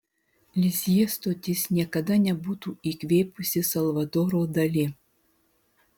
lizjė stotis niekada nebūtų įkvėpusi salvadoro dali